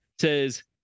says